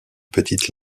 petite